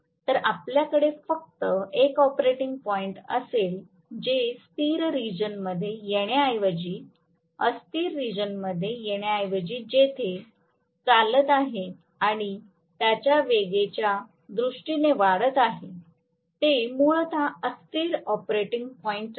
तर आपल्याकडे फक्त एक ऑपरेटिंग पॉईंट असेल जे स्थिर रिजनमध्ये येण्याऐवजी अस्थिर रिजनमध्ये येण्याऐवजी जिथे चालत आहे आणि त्याच्या वेगाच्या दृष्टीने वाढत आहे ते मूलत अस्थिर ऑपरेटिंग पॉईंट आहे